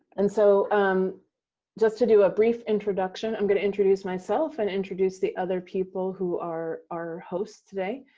and so, um just to do a brief introduction, i'm going to introduce myself and introduce the other people who are our hosts today.